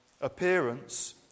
appearance